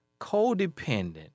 Codependent